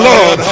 Lord